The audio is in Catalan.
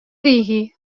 digui